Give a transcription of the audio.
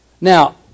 Now